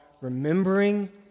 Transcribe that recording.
remembering